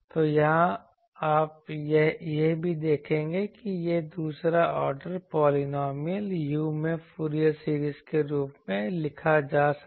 तो यहाँ आप यह भी देखेंगे कि यह दूसरा ऑर्डर पॉलिनॉमियल u में फूरियर सीरीज के रूप में लिखा जा सकता है